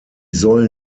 soll